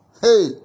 Hey